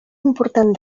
important